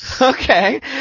Okay